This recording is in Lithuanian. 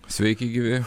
sveiki gyvi